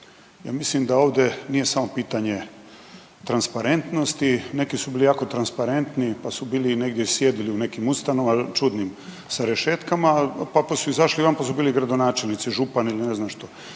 Ja mislim da ovdje nije samo pitanje transparentnosti. Neki su bili jako transparentni, pa su bili i negdje sjedili u nekim ustanovama čudnim sa rešetkama, pa su izašli van, pa su bili gradonačelnici, župani ili ne znam što.